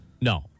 No